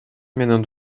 менен